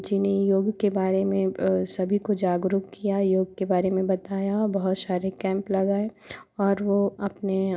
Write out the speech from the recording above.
जिन्हें योग के बारे में सभी को जागरूक किया योग के बारे में बताया बहुत सारे कैंप लगाए और वो अपने